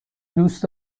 دوست